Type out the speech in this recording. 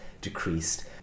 decreased